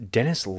Dennis